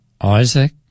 Isaac